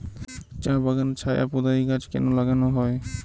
চা বাগানে ছায়া প্রদায়ী গাছ কেন লাগানো হয়?